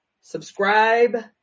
subscribe